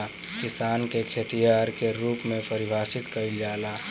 किसान के खेतिहर के रूप में परिभासित कईला जाला